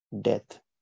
death